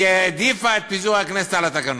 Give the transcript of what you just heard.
לא, היא העדיפה את פיזור הכנסת על התקנות.